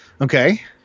Okay